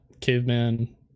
caveman